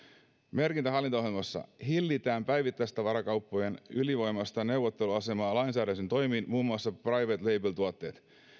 merkintä hallitusohjelmassa hillitään päivittäistavarakauppojen ylivoimaista neuvotteluasemaa lainsäädännöllisin toimin muun muassa private label tuotteet